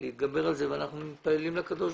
להתגבר על זה ואנחנו מתפללים לקודש